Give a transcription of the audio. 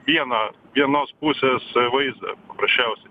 vieną vienos pusės vaizdą paprasčiausiai